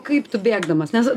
kaip tu bėgdamas nes